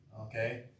Okay